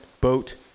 boat